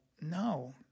No